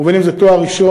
ובין אם זה תואר ראשון,